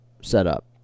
setup